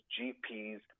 GPs